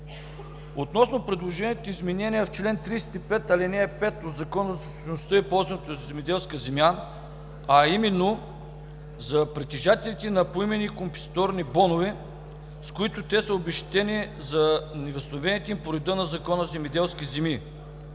Относно предложените изменения в чл. 305, ал. 5 от Закона за собствеността и ползването на земеделски земи, а именно за притежателите на поименни компенсационни бонове, с които те са обезщетени за невъзстановените им по реда на Закона земеделски земи,